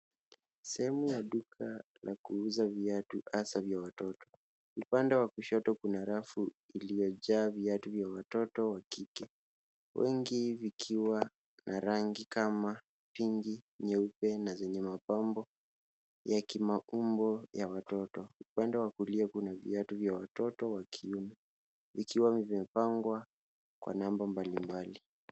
Sehemu ya duka la kuuza viatu, hasa vya watoto. Upande wa kushoto kuna rafu iliyojaa viatu vya watoto wakike. Wengi vikiwa na rangi kama pinki, nyeupe na zenye mapambo ya kimaumbo ya watoto. Upande wa kulia kuna viatu vya watoto wa kiume, vikiwa vimepangwa kwa namba mbalimbali.